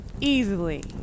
easily